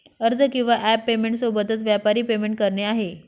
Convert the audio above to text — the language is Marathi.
अर्ज किंवा ॲप पेमेंट सोबतच, व्यापारी पेमेंट करणे आहे